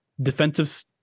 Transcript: defensive